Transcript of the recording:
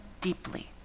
deeply